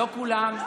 שנייה, לא כולם.